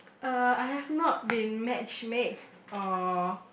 uh I have not been match make or